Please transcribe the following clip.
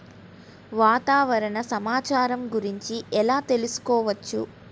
వాతావరణ సమాచారం గురించి ఎలా తెలుసుకోవచ్చు?